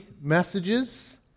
messages